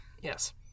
Yes